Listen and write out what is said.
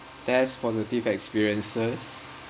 test positive experiences